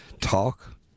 talk